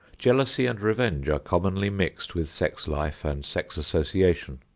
jealousy and revenge are commonly mixed with sex life and sex association.